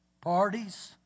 Parties